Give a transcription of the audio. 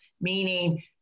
meaning